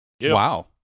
Wow